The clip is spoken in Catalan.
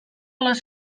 les